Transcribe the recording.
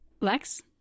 Lex